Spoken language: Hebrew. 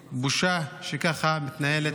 בושה שככה מתנהלת המדינה,